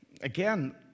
Again